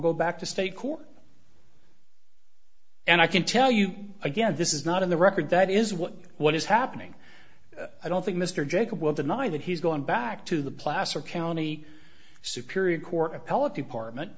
go back to state court and i can tell you again this is not in the record that is what what is happening i don't think mr jacob will deny that he's going back to the placer county superior court appellate department